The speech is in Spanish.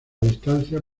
distancia